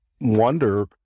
wonder